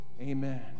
Amen